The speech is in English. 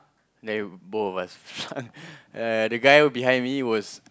then both of us uh the guy behind me was